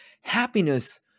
happiness